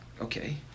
okay